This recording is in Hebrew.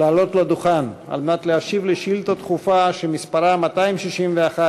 לעלות לדוכן כדי להשיב על שאילתה דחופה שמספרה 261,